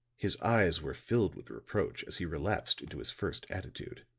his eyes were filled with reproach as he relapsed into his first attitude